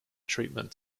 treatment